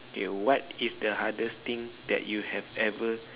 okay what is the hardest thing you've ever